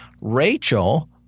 Rachel